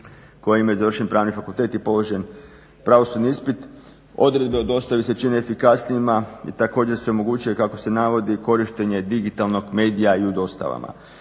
koje imaju završen Pravni fakultet i položen pravosudni ispit. Odredbe o dostavi se čine efikasnijima i također se omogućuje kako se navodi korištenje digitalnog medija i u dostavama.